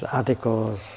articles